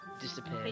Disappear